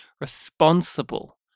responsible